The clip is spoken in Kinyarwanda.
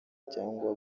cyangwa